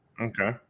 Okay